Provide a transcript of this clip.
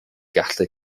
gallu